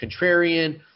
contrarian